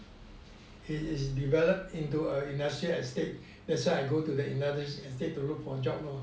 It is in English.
it is developed into a industrial estate that's why I go to the industrial estate to look for a job lor